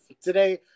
today